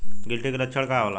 गिलटी के लक्षण का होखे?